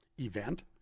event